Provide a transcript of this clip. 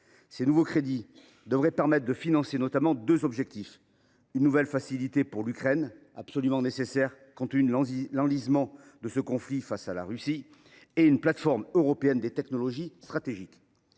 Ces nouveaux crédits devraient permettre de financer notamment deux dispositifs : une nouvelle facilité pour l’Ukraine, absolument nécessaire compte tenu de l’enlisement de ce conflit, et une plateforme de technologies stratégiques